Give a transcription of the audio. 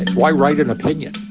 why write an opinion?